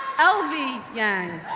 elvy yang,